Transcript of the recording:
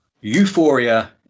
euphoria